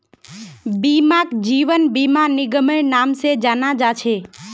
बीमाक जीवन बीमा निगमेर नाम से जाना जा छे